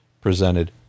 presented